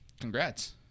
Congrats